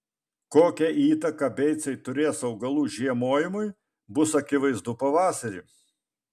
kokią įtaką beicai turės augalų žiemojimui bus akivaizdu pavasarį